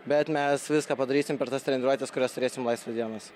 bet mes viską padarysim per tas treniruotes kurias turėsim laisvas dienas